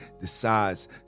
decides